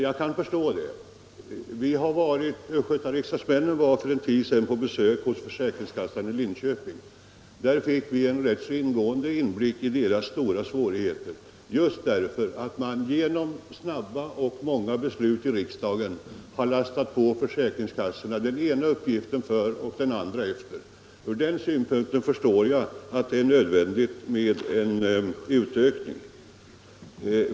Jag kan förstå det. Riksdagsledamöterna från Östergötlands län var för någon tid sedan på besök hos försäkringskassan i Linköping. Där fick vi en rätt ingående inblick i deras stora svårigheter just för att riksdagen genom många och snabba beslut har lastat på försäkringskassorna den ena uppgiften efter den andra. Från den synpunkten förstår jag att det är nödvändigt med en utökning.